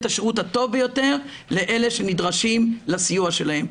את השירות הטוב ביותר לאלה שנדרשים לסיוע שלהם.